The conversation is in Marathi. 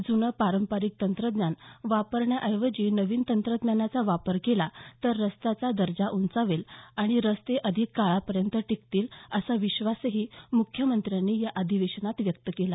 जुनं पारंपरिक तंत्रज्ञान वापरण्याऐवजी नवीन तंत्रज्ञानाचा वापर केला तर रस्त्यांचा दर्जा उंचावेल आणि रस्ते अधिक काळापर्यंत टिकतील असा विश्वासही मुख्यमंत्र्यांनी या अधिवेशनात व्यक्त केला